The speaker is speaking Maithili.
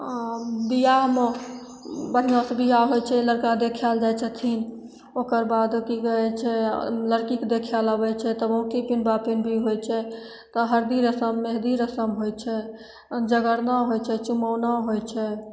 आओर बिआहमे बढ़िआँसे बिआह होइ छै लड़का देखै ले जाइ छथिन ओकर बाद कि कहै छै लड़कीके देखै ले आबै छै तब औँठी पिनहा पिनही होइ छै तऽ हरदी रसम मेहदी रसम होइ छै जगरना होइ छै चुमौना होइ छै